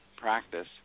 practice